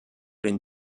den